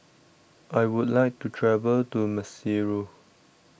I would like to travel to Maseru